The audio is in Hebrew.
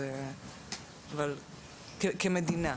אבל כמדינה.